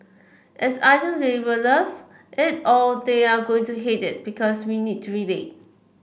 it's either they'll love it or they are going to hate it because we need to relate